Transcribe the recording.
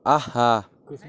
آہا